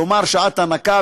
כלומר שעת הנקה,